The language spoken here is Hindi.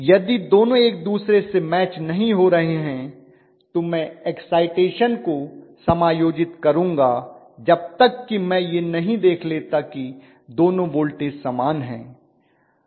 यदि दोनों एक दूसरे से मैच नहीं हो रहे हैं तो मैं एक्साइटेशन को समायोजित करुंगा जब तक कि मैं यह नहीं देख लेता कि दोनों वोल्टेज समान हैं